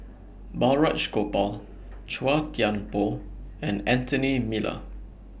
Balraj Gopal Chua Thian Poh and Anthony Miller